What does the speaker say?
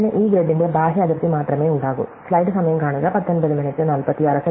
ഇതിന് ഈ ഗ്രിഡിന്റെ ബാഹ്യ അതിർത്തി മാത്രമേ ഉണ്ടാകൂ സമയം കാണുക 1946